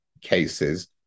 cases